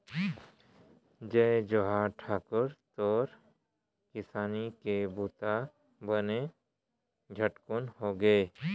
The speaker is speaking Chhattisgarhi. जय जोहार ठाकुर, तोर किसानी के बूता बने झटकुन होगे?